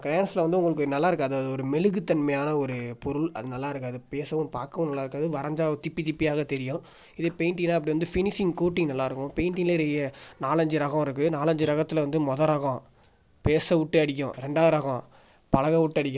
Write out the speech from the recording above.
க்ரெயான்ஸில் வந்து உங்களுக்கு நல்லாயிருக்காது அது அது ஒரு மெழுகு தன்மையான ஒரு பொருள் அது நல்லாயிருக்காது பேசவும் பார்க்கவும் நல்லாயிருக்காது வரைஞ்சா திப்பி திப்பியாக தெரியும் இதே பெயிண்ட்டிங்னால் அப்படி வந்து ஃபினிஷிங் கூட்டிங் நல்லாயிருக்கும் பெயிண்ட்டிங்லய நாலஞ்சு ரகம் இருக்குது நாலஞ்சு ரகத்தில் வந்து மொதல் ரகம் பேச விட்டு அடிக்கும் ரெண்டாவது ரகம் பழக விட்டு அடிக்கும்